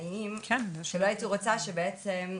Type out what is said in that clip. הייתי רוצה שבעצם,